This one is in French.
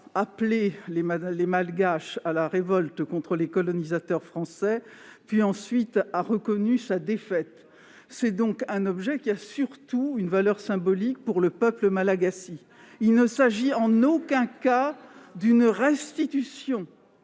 appelé les Malgaches à la révolte contre les colonisateurs français puis a reconnu sa défaite. Cet objet a donc surtout une valeur symbolique pour le peuple malagasy. Il ne s'agit en aucun cas d'une restitution,